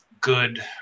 good